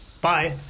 Bye